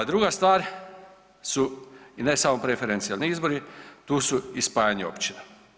Druga stvar su ne samo preferencionalni izbori tu su i spajanje općina.